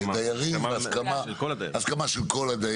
צריך הסכמה של כל הדיירים.